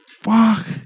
fuck